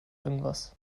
irgendwas